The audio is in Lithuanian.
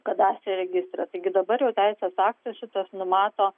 kadastro registre taigi dabar jau teisės aktas šitas numato